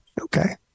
Okay